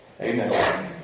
amen